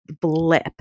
blip